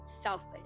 selfish